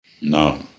No